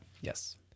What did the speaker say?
Yes